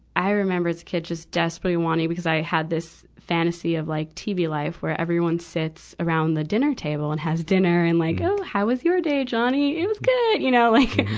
i remember as a kid, just desperately wanting, because i had this fantasy of like tv life, where everyone sits around the dinner table and has dinner and like, oh, how was your day, johnny? it was good! you know, like.